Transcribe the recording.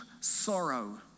sorrow